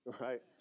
right